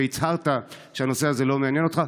והצהרת שהנושא הזה לא מעניין אותך.